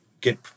get